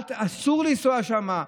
אסור לנסוע לשם,